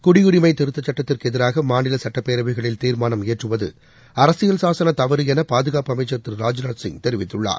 குடியுரிமைதிருத்தசட்டத்திற்குஎதிராகமாநிலசட்டப்பேரவைகளில் தீர்மானம் இயற்றுவதுஅரசியல் சாசனதவறுஎனபாதுகாப்பு அமைச்சர் திரு ராஜ்நாத்சிங் தெரிவித்துள்ளார்